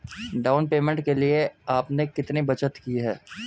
Down payment के लिए आपने कितनी बचत की है?